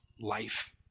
life